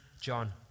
John